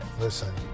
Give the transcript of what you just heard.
Listen